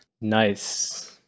Nice